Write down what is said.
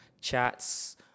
chats